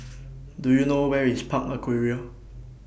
Do YOU know Where IS Park Aquaria